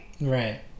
Right